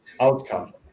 outcome